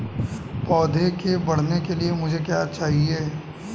पौधे के बढ़ने के लिए मुझे क्या चाहिए?